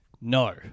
No